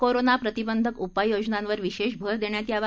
corona प्रतिबंधक उपाययोजनांवर विशेष भर देण्यात यावा